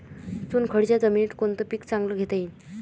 चुनखडीच्या जमीनीत कोनतं पीक चांगलं घेता येईन?